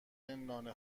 نان